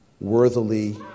worthily